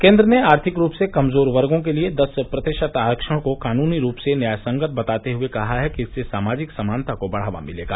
केन्द्र ने आर्थिक रूप से कमजोर वर्गों के लिए दस प्रतिशत आरक्षण को कानूनी रूप से न्याय संगत बताते हुए कहा है कि इससे सामाजिक समानता को बढ़ावा मिलेगा